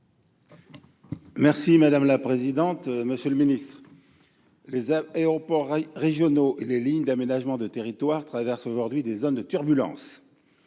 chargé des transports. Monsieur le ministre, les aéroports régionaux et les lignes d’aménagement du territoire (LAT) traversent aujourd’hui des zones de turbulence.